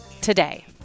today